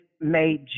made